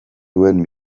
nuen